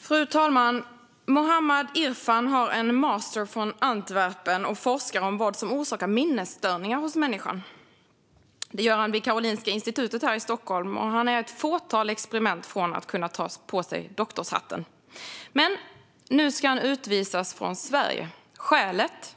Fru talman! Muhammad Irfan har en master från Antwerpen och forskar om vad som orsakar minnesstörningar hos människor. Det gör han vid Karolinska Institutet här i Stockholm. Han är ett fåtal experiment från att kunna ta på sig doktorshatten, men nu ska han utvisas från Sverige. Skälet är att